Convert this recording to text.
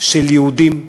של יהודים,